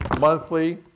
monthly